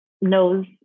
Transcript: knows